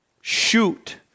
shoot